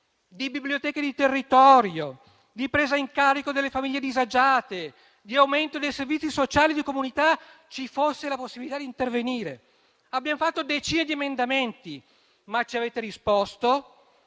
di biblioteche di territorio, di presa in carico delle famiglie disagiate, di aumento dei servizi sociali e di comunità, ci fosse la possibilità di intervenire. Abbiamo presentato decine di emendamenti, ma ci avete risposto